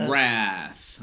Wrath